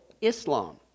Islam